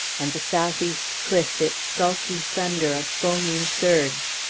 and the south-east cliff its sulky thunder of foaming surge.